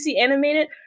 animated